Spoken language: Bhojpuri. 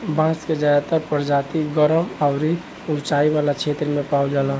बांस के ज्यादातर प्रजाति गरम अउरी उचाई वाला क्षेत्र में पावल जाला